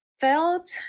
felt